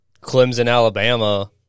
Clemson-Alabama